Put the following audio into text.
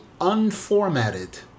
unformatted